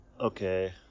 Okay